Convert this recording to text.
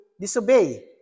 disobey